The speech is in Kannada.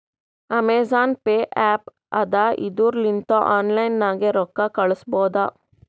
ಅಮೆಜಾನ್ ಪೇ ಆ್ಯಪ್ ಅದಾ ಇದುರ್ ಲಿಂತ ಆನ್ಲೈನ್ ನಾಗೆ ರೊಕ್ಕಾ ಕಳುಸ್ಬೋದ